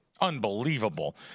Unbelievable